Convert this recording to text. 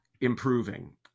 improving